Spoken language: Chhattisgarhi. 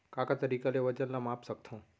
का का तरीक़ा ले वजन ला माप सकथो?